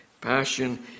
passion